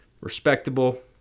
respectable